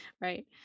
right